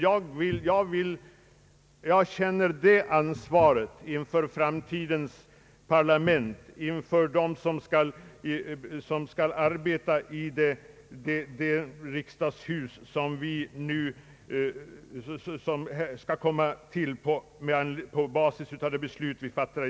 Jag känner dock ansvaret inför framtidens riksdagshus och de människor som skall arbeta i detta.